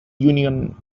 union